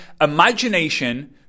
Imagination